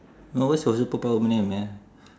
no what's your superpower name man